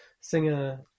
singer